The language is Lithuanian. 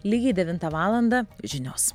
lygiai devintą valandą žinios